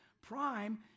Prime